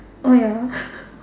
oh ya